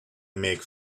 make